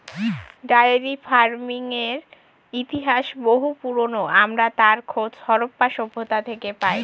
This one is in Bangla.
ডায়েরি ফার্মিংয়ের ইতিহাস বহু পুরোনো, আমরা তার খোঁজ হরপ্পা সভ্যতা থেকে পাই